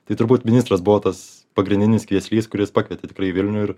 tai turbūt ministras buvo tas pagrindinis kvieslys kuris pakvietė tikrai į vilnių ir